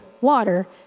water